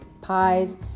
pies